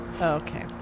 okay